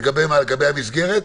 לגבי מה, לגבי המסגרת?